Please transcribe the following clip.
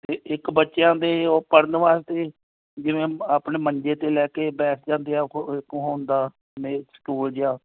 ਅਤੇ ਇੱਕ ਬੱਚਿਆਂ ਦੇ ਉਹ ਪੜ੍ਹਨ ਵਾਸਤੇ ਜਿਵੇਂ ਆਪਣੇ ਮੰਜੇ 'ਤੇ ਲੈ ਕੇ ਬੈਠ ਜਾਂਦੇ ਹੈ ਇੱਕ ਉਹ ਉਹ ਹੁੰਦਾ ਮੇਜ ਸਟੂਲ ਜਿਹਾ